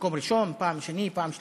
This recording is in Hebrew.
מקום ראשון, פעם שני, פעם שלישי.